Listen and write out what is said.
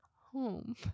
home